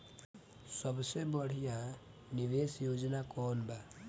सबसे बढ़िया निवेश योजना कौन बा?